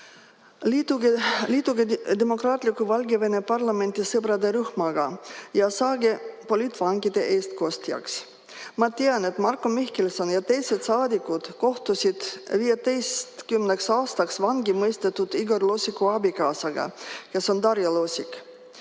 Liituge demokraatliku Valgevene parlamendisõprade rühmaga ja saage poliitvangide eestkostjaks! Ma tean, et Marko Mihkelson ja teised saadikud kohtusid 15 aastaks vangi mõistetud Igor Lossiku abikaasa Darja Lossikuga.